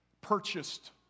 purchased